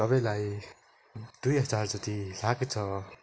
तपाईँलाई दुई हजार जति लाग्छ